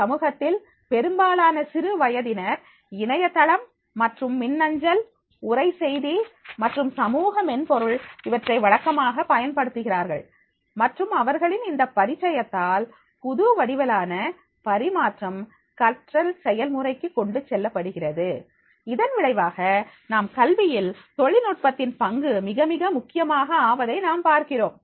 சமூகத்தில் பெரும்பாலான சிறு வயதினர் இணையதளம் மற்றும் மின்னஞ்சல் உரை செய்தி மற்றும் சமூக மென்பொருள் இவற்றை வழக்கமாக பயன்படுத்துகிறார்கள் மற்றும் அவர்களின் இந்த பரிச்சயத்தால் புது வடிவிலான பரிமாற்றம் கற்றல் செயல்முறைக்கு கொண்டு செல்லப்படுகிறது இதன் விளைவாக நாம் கல்வியில் தொழில்நுட்பத்தின் பங்கு மிக மிக முக்கியமாக ஆவதை நாம் பார்க்கிறோம்